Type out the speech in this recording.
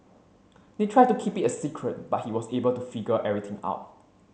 they tried to keep it a secret but he was able to figure everything out